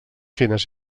fines